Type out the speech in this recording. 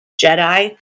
Jedi